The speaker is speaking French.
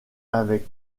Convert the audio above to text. avec